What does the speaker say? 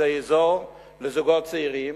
אזור לזוגות צעירים.